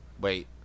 Wait